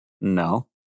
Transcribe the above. No